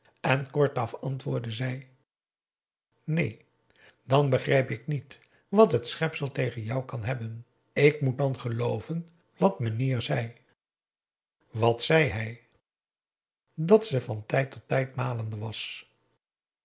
en kortaf antwoordde zij neen dan begrijp ik niet wat t schepsel tegen jou kan hebben ik moet dan gelooven wat meneer zei wat zei hij dat ze van tijd tot tijd malende was